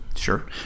Sure